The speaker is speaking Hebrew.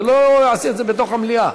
ולא יעשה את זה בתוך המליאה.